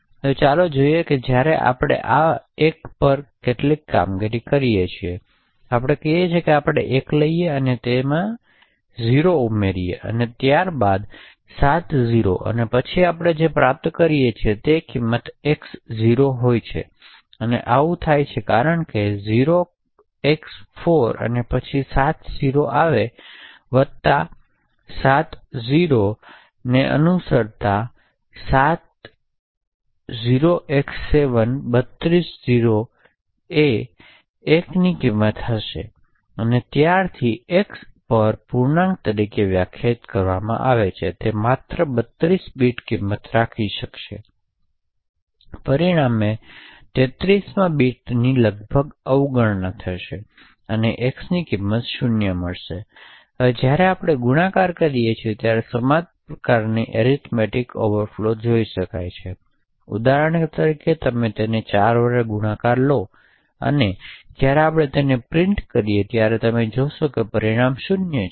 હવે ચાલો જોઈએ કે જ્યારે આપણે આ l પર કેટલાક કામગીરી કરીએ છીએ તો ચાલો આપણે કહીએ કે આપણે l લઈએ છીએ અને 0 ઉમેરીએ છીએ ત્યારબાદ 7 0s પછી આપણે જે પ્રાપ્ત કરીએ છીએ ત્યારેની કિંમત x 0 હોય છે અને આવું થાય છે કારણ કે 0x4 પછી 7 0s આવે છે વત્તા 7 0 સે અનુસરતા 0x7 32 0 સે અનુસરતા 1 ની કિંમત હશે અને ત્યારથી એક્સ પણ પૂર્ણાંક તરીકે વ્યાખ્યાયિત કરવામાં આવે છે તે માત્ર 32 બીટ કિંમત રાખી શકે છે અને તેથી પરિણામો 33rd બીટ ની લગભગ અવગણના થશે અને એક્સ 0 ની કિંમત મેળવ્શે જ્યારે આપણે ગુણાકાર કરીએ છીએ ત્યારે સમાન પ્રકારના એરીથમેટીક ઓવરફ્લો જોઇ શકાય છે ઉદાહરણ તરીકે તમે તેને 4 વડે ગુણાકાર લો અને જ્યારે આપણે તેને પ્રિન્ટ કરીએ છીએ ત્યારે તમે જોશો કે પરિણામ 0 છે